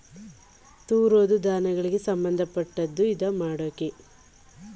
ತೂರೋದೂ ಧಾನ್ಯಗಳಿಗೆ ಸಂಭಂದಪಟ್ಟದ್ದು ಇದ್ನಮಾಡೋಕೆ ಮುಖ್ಯವಾಗಿ ಗಾಳಿಬೇಕು ಹಾಗೆ ವಿಶಾಲ ಜಾಗಬೇಕು